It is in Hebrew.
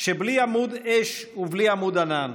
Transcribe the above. שבלי עמוד אש ובלי עמוד ענן